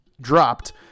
Dropped